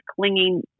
clinging